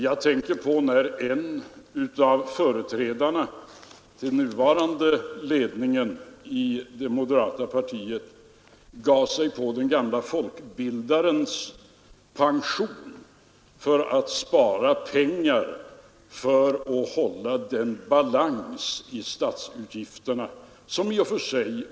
Jag tänker på när en av föregångarna till den nuvarande ledningen i moderata samlingspartiet gav sig på den gamle folkbildaren Thörnbergs pension för att spara pengar och därmed kunna hålla den i och för sig prisvärda balansen i statsutgifterna.